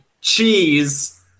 cheese